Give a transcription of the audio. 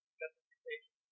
justification